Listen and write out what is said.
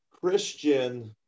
Christian